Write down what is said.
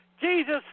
Jesus